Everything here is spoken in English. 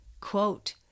Quote